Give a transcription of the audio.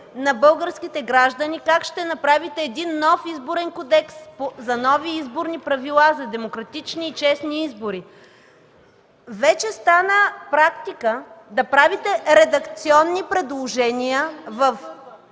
на българските граждани как ще направите нов Изборен кодекс, за нови изборни правила, за демократични и честни избори? Стана практика да правите редакционни предложения в